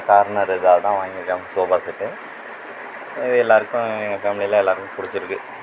corner இதாகதான் வாங்கியிருக்கேன் sofa set எல்லாேருக்கும் எங்கள் ஃபேமிலியில் எல்லாேருக்குமே பிடிச்சிருக்கு